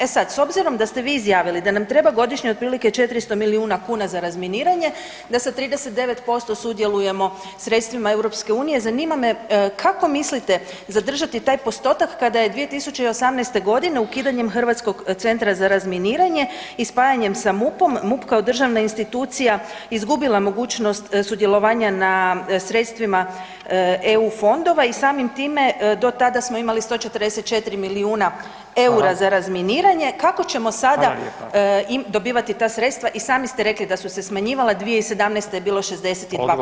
E sad s obzirom da ste vi izjavili da nam treba godišnje otprilike 400 milijuna kuna za razminiranje da sa 39% sudjelujemo sredstvima EU, zanima me kako mislite zadržati taj postotak kada je 2018.-te godine ukidanjem Hrvatskog centra za razminiranje i spajanjem sa MUP-om, MUP kao državna institucija izgubila mogućnost sudjelovanja na sredstvima EU fondova i samim time do tada smo imali 144 milijuna EUR-a za razminiranje [[Upadica: Hvala.]] kako ćemo sada dobivati ta sredstva i sami ste rekli da su se smanjivala 2017. je bio 62% udio.